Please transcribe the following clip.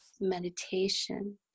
meditation